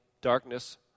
darkness